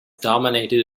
dominated